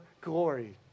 glory